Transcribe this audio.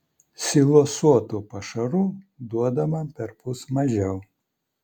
silosuotų pašarų duodama perpus mažiau